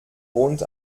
wohnt